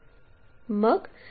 मग त्याला प्रोजेक्ट करावे